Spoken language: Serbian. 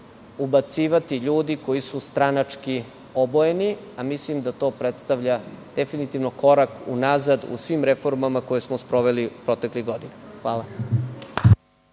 ubacivati ljudi koji su stranački obojeni, a mislim da je to korak unazad u svim reformama koje smo sproveli proteklih godina. Hvala.